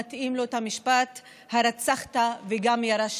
מתאים לו המשפט: הרצחת וגם ירשת.